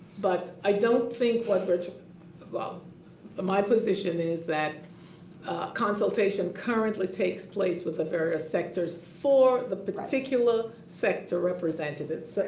but i don't think. but sort of well, ah my position is that consultation currently takes place with the various sectors for the particular sector representatives.